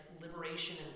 liberation